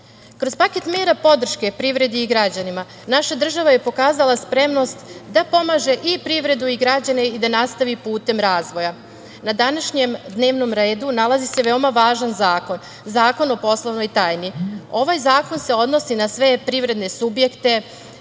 paket mera podrške privredi i građanima, naša država je pokazala spremnost da pomaže i privredu i građane i da nastavi putem razvoja. Na današnjem dnevnom redu nalazi se veoma važan zakon, zakon o poslovnoj tajni. Ovaj zakon se odnosi na sve privredne subjekte,